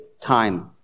time